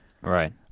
Right